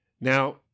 Now